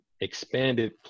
expanded